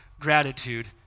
gratitude